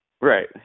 Right